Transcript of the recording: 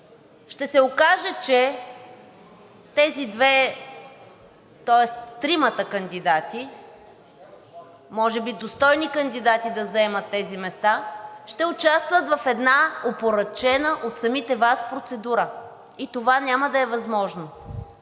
ще се окаже, че тези две, тоест тримата кандидати – може би достойни кандидати да заемат тези места, ще участват в една опорочена от самите Вас процедура и това няма да е възможно.